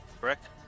Correct